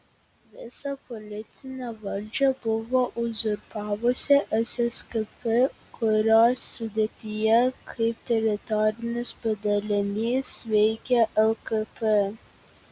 visą politinę valdžią buvo uzurpavusi sskp kurios sudėtyje kaip teritorinis padalinys veikė lkp